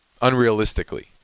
unrealistically